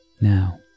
Now